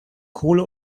kohle